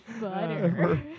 butter